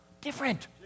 different